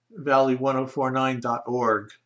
valley1049.org